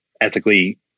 ethically